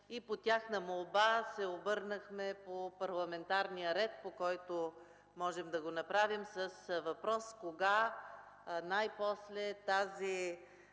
и по тяхна молба се обърнахме по парламентарния ред, по който можем да го направим, с въпрос: Кога най-после тази